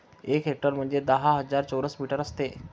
एक हेक्टर म्हणजे दहा हजार चौरस मीटर असते